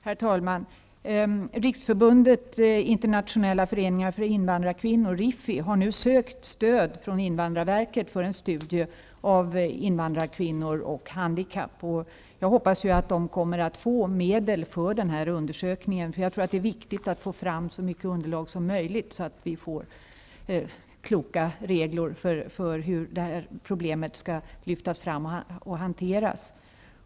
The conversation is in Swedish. Herr talman! Riksförbundet Internationella föreningar för invandrarkvinnor har nu sökt stöd från invandrarverket för en studie av invandrarkvinnor och handikapp. Jag hoppas att förbundet kommer att få medel för denna undersökning, eftersom jag tror att det är viktigt att få fram så mycket underlag som möjligt för att kunna fatta kloka beslut om problemets hantering och om regler.